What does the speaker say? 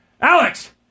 Alex